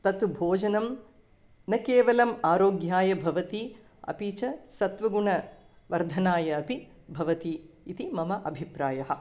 तत् भोजनं न केवलम् आरोग्याय भवति अपि च सत्त्वगुणवर्धनाय अपि भवति इति मम अभिप्रायः